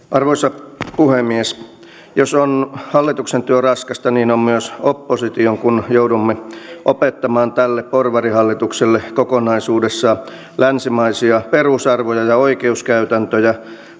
arvoisa puhemies jos on hallituksen työ raskasta niin sitä on myös opposition kun joudumme opettamaan tälle porvarihallitukselle kokonaisuudessaan länsimaisia perusarvoja ja oikeuskäytäntöjä